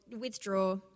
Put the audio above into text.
withdraw